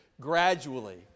gradually